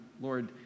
Lord